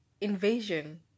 invasion